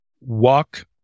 walk